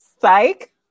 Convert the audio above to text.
Psych